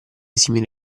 simili